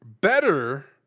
better